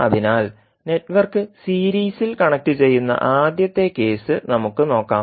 അതിനാൽ നെറ്റ്വർക്ക് സീരീസിൽ കണക്റ്റു ചെയ്യുന്ന ആദ്യത്തെ കേസ് നമുക്ക് നോക്കാം